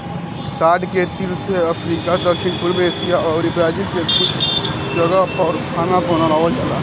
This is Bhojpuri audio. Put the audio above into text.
ताड़ के तेल से अफ्रीका, दक्षिण पूर्व एशिया अउरी ब्राजील के कुछ जगह पअ खाना बनावल जाला